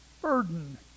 Burden